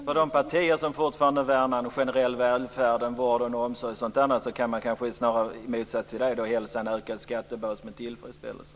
Fru talman! De partier som fortfarande värnar om den generella välfärden - vården, omsorgen och annat - kan hälsa en ökad skattebas med tillfredsställelse.